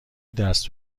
دست